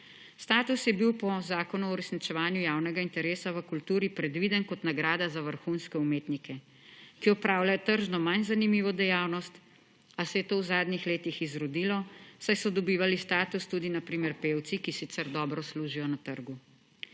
Status je bil po Zakonu o uresničevanju javnega interesa v kulturi predviden kot nagrada za vrhunske umetnike, ki opravljajo tržno manj zanimivo dejavnost, a se je to v zadnjih letih izrodilo, saj so dobivali status tudi na primer pevci, ki sicer dobro služijo na trgu.